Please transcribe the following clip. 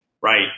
Right